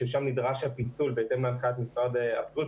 שם נדרש הפיצול בהתאם להנחיית משרד הבריאות,